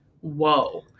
Whoa